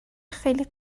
خیلی